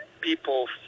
people